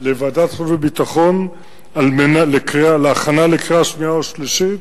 לוועדת החוץ והביטחון להכנה לקריאה שנייה ושלישית,